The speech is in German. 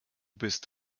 bist